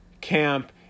camp